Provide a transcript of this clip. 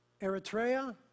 Eritrea